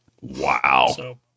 Wow